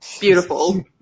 beautiful